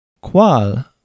Qual